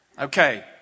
Okay